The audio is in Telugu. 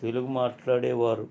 తెలుగు మాట్లాడే వారు